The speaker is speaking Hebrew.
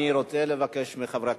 אני רוצה לבקש מחברי הכנסת,